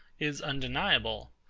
is undeniable.